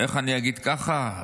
איך אני אגיד, ככה?